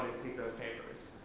seek those papers.